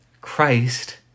Christ